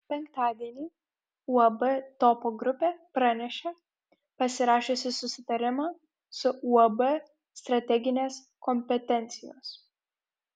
penktadienį uab topo grupė pranešė pasirašiusi susitarimą su uab strateginės kompetencijos